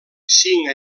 cinc